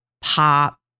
pop